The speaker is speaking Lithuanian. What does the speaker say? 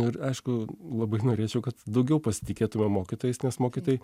ir aišku labai norėčiau kad daugiau pasitikėtume mokytojais nes mokytojai